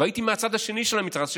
והייתי מהצד השני של המתרס,